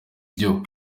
byo